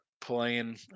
playing